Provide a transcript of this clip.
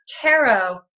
tarot